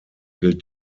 gilt